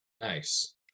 nice